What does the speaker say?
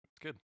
good